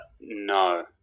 No